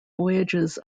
voyages